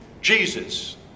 Jesus